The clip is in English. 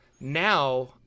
Now